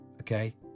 okay